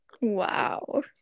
Wow